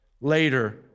later